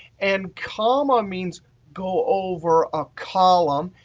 and comma means go over a column.